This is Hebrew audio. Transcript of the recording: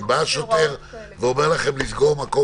אם בא השוטר ואומר לכם לסגור מקום,